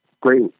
great